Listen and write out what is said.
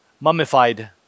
mummified